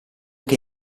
che